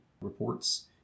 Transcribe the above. reports